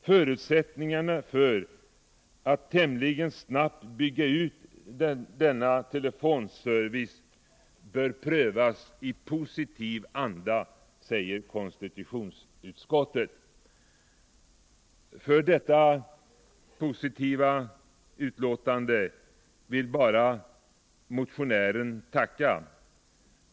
Förutsättningarna för att tämligen snabbt bygga ut denna telefonservice bör prövas i positiv anda, säger konstitutionsutskottet. För detta positiva uttalande vill motionären bara tacka.